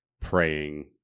praying